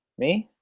me?